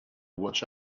watch